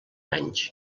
anys